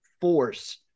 force